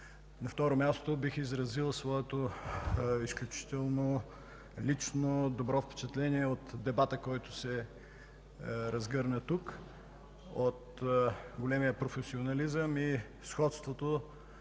На второ място бих изразил своето лично изключително добро впечатление от дебата, който се разгърна тук, от големия професионализъм и сходството